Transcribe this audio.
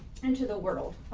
and to the world.